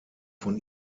von